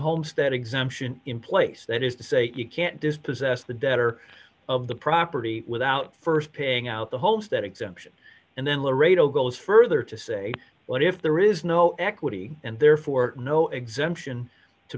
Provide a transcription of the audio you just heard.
homestead exemption in place that is to say you can't dispossess the debtor of the property without st paying out the homestead exemption and then laredo goes further to say what if there is no equity and therefore no exemption to